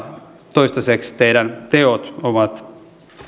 toistaiseksi teidän tekonne ovat